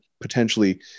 potentially